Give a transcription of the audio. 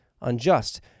unjust